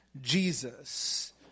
Jesus